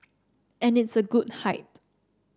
and it's a good height